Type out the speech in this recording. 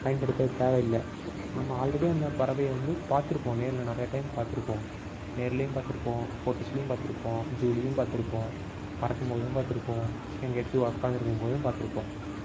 பயன்படுத்த தேவையில்லை நம்ம ஆல்ரெடி அந்த பறவையை வந்து பார்த்துருப்போம் நேரில் நிறையா டைம் பார்த்துருப்போம் நேர்லேயும் பார்த்துருப்போம் ஃபோட்டோஸ்லேயும் பார்த்துருப்போம் ஜுலியும் பார்த்துருப்போம் பறக்கும்போதும் பார்த்துருப்போம் எங்கேயாச்சும் உக்காந்துருக்கும் போதும் பார்த்துருப்போம்